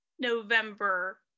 November